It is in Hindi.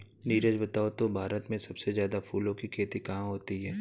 नीरज बताओ तो भारत में सबसे ज्यादा फूलों की खेती कहां होती है?